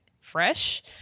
fresh